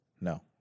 No